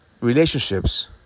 Relationships